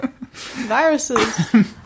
Viruses